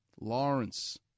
Lawrence